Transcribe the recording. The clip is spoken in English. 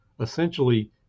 essentially